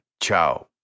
ciao